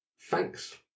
Thanks